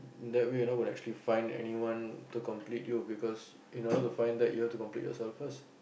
that way you'll not going to actually find anyone to complete you because in order to find that you have to complete yourself first